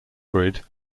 grid